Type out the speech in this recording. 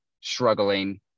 struggling